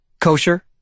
kosher